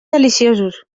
deliciosos